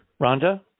Rhonda